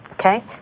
Okay